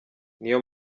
niyo